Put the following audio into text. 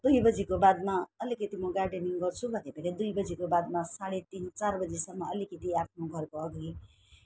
दुई बजीको बादमा अलिकति म गार्डनिङ गर्छु भन्यो भने दुई बजीको बादमा साढे तिन चार बजीसम्म अलिकति आफ्नो घरको अघि